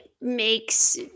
makes